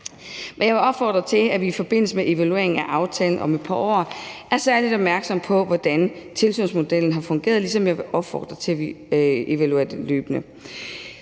jeg vil opfordre til, at vi i forbindelse med evalueringen af aftalen om et par år er særlig opmærksomme på, hvordan tilsynsmodellen har fungeret, ligesom jeg vil opfordre til, at vi evaluerer det løbende.